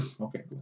Okay